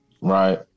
Right